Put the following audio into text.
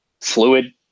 fluid